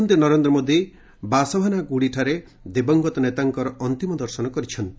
ପ୍ରଧାନମନ୍ତ୍ରୀ ନରେନ୍ଦ୍ର ମୋଦି ବାସଭାନାଗୁଡ଼ିଠାରେ ଦିବଂଗତ ନେତାଙ୍କର ଅନ୍ତିମ ଦର୍ଶନ କରିଛନ୍ତି